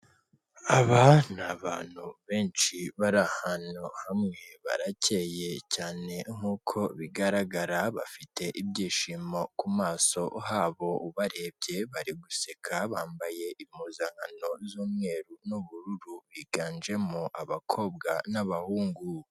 Aba ni abantu benshi bari ahantu hamwe barakeye cyane nkuko bigaragara, bafite ibyishimo ku maso habo ubarebye bari guseka bambaye impuzankano z'umweru n'ubururu, biganjemo abakobwa n'abahungu.